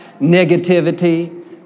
negativity